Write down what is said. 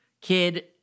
kid